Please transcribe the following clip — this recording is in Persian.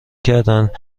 کردند